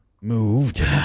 moved